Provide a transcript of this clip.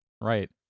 right